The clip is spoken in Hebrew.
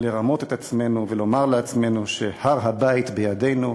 לרמות את עצמנו ולומר לעצמנו שהר-הבית בידינו.